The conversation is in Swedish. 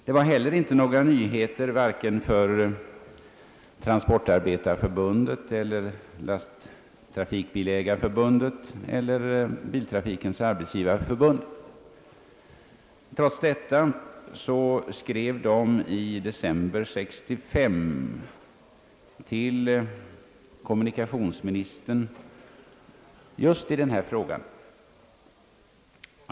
Det var inte heller några nyheter vare sig för Svenska transportarbetareförbundet, Svenska = lasttrafikbilägareförbundet eller Biltrafikens arbetsgivareförbund. Trots detta skrev de i december 1965 till kommunikationsministern i denna fråga.